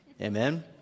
Amen